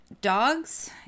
dogs